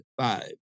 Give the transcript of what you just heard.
Five